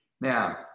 Now